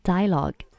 Dialogue